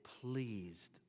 pleased